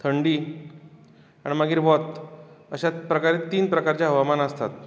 थंडी आनी मागीर वत अशे प्रकारे तीन प्रकारचे हवामान आसता